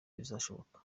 bizashoboka